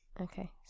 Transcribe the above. Okay